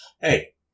Hey